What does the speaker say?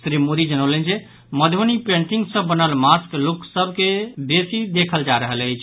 श्री मोदी जनौलनि जे मधुबनी पेंटिंग सँ बनल मास्क लोक सभ मे बेसी देखल जा रहल अछि